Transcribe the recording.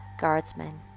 guardsmen